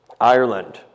Ireland